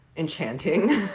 enchanting